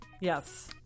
Yes